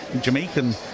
Jamaican